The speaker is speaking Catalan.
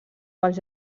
pels